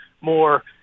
more